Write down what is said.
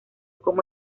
como